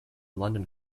london